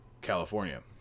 California